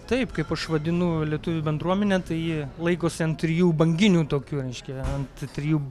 taip kaip aš vadinu lietuvių bendruomenę tai ji laikosi ant trijų banginių tokių reiškia ant trijų